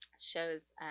shows